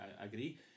agree